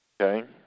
Okay